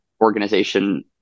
organization